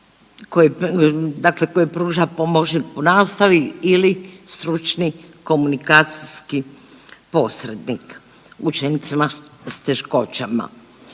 dakle koji pruža pomoćnik u nastavi ili stručni komunikacijski posrednik učenicima s teškoćama.